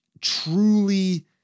truly